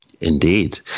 Indeed